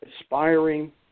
aspiring